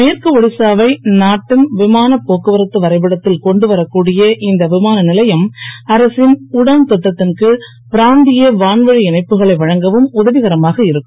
மேற்கு ஒடிசாவை நாட்டின் விமான போக்குவரத்து வரைப்படத்தில் கொண்டு வரக்கூடிய இந்த விமான நிலையம் அரசின் உடான் திட்டத்தின் கீழ் பிராந்திய வான்வழி இணைப்புகளை வழங்கவும் உதவிகரமாக இருக்கும்